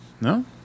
No